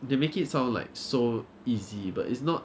they make it sound like so easy but it's not